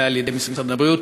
ועל-ידי משרד הבריאות,